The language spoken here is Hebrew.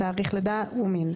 תאריך לידה ומין,